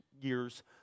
year's